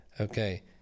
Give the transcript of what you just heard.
Okay